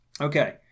Okay